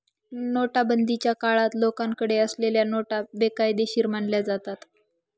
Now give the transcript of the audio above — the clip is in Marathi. नोटाबंदीच्या काळात लोकांकडे असलेल्या नोटा बेकायदेशीर मानल्या जातात